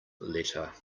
letter